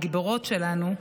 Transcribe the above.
הגיבורות שלנו,